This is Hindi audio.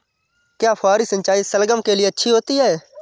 क्या फुहारी सिंचाई शलगम के लिए अच्छी होती है?